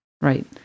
right